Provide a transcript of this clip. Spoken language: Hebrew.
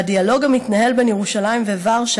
הדיאלוג המתנהל ביו ירושלים לוורשה